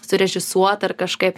surežisuota ar kažkaip